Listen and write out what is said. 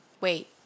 wait